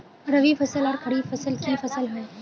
रवि फसल आर खरीफ फसल की फसल होय?